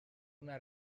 una